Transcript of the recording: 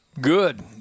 Good